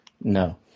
No